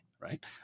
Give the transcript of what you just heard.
right